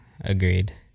agreed